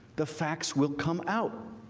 the facts will come out,